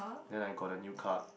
then I got a new card